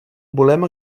volem